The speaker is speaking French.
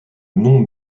nom